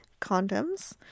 condoms